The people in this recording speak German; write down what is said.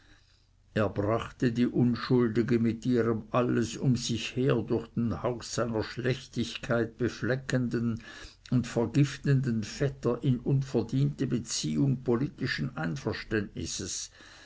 er brachte die unschuldige mit ihrem alles um sich her durch den hauch seiner schlechtigkeit befleckenden und vergiftenden vetter in unverdiente beziehung politischen einverständnisses